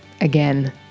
Again